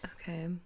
okay